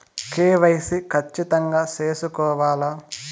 KYC ఖచ్చితంగా సేసుకోవాలా